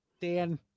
dan